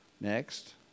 next